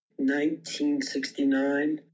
1969